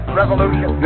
revolution